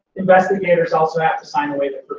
investigators also have to sign away their